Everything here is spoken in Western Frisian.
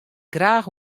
graach